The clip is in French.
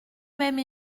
même